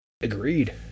Agreed